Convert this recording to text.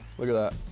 look at that,